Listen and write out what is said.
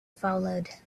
followed